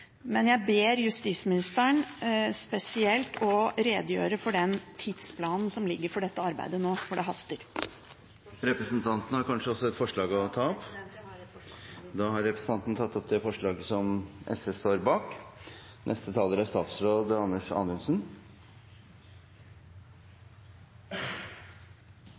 men jeg ber justisministeren spesielt å redegjøre for den tidsplanen som foreligger for dette arbeidet nå, for det haster. Jeg tar med dette opp forslaget fra SV. Representanten Karin Andersen har tatt opp det forslaget